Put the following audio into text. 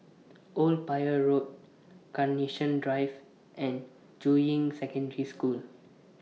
Old Pier Road Carnation Drive and Juying Secondary School